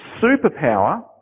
superpower